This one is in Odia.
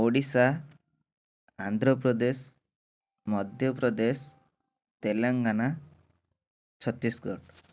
ଓଡ଼ିଶା ଆନ୍ଧ୍ରପ୍ରଦେଶ ମଧ୍ୟପ୍ରଦେଶ ତେଲେଙ୍ଗାନା ଛତିଶଗଡ଼